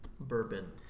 bourbon